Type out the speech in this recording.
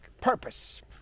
purpose